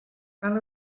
cal